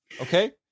okay